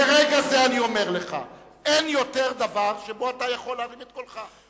מרגע זה אני אומר לך: אין עוד דבר שבו אתה יכול להרים את קולך.